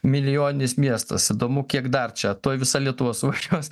milijoninis miestas įdomu kiek dar čia tuoj visa lietuva suvažiuos